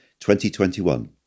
2021